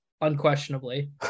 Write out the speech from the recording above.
unquestionably